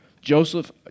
Joseph